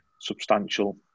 substantial